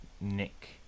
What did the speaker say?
nick